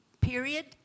period